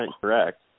correct